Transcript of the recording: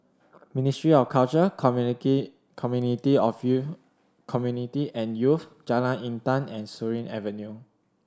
Ministry of Culture Community of Youth Community and Youth Jalan Intan and Surin Avenue